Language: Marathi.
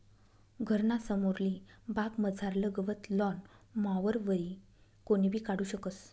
घरना समोरली बागमझारलं गवत लॉन मॉवरवरी कोणीबी काढू शकस